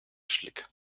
schlick